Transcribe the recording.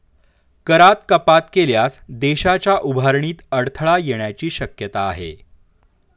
करात कपात केल्यास देशाच्या उभारणीत अडथळा येण्याची शक्यता आहे